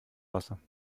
wasser